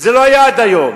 פעם זה בנושא הביטוח,